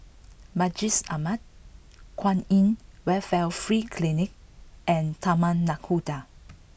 Masjid Ahmad Kwan In Welfare Free Clinic and Taman Nakhoda